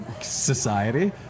society